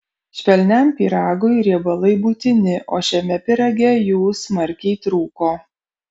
švelniam pyragui riebalai būtini o šiame pyrage jų smarkiai trūko